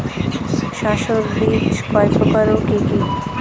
শস্যের বীজ কয় প্রকার ও কি কি?